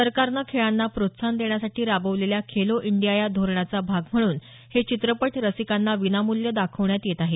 सरकारनं खेळांना प्रोत्साहन देण्यासाठी राबवलेल्या खेलो इंडिया या धोरणाचा भाग म्हणून हे चित्रपट रसिकांना विनामूल्य दाखवण्यात येत आहेत